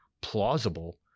plausible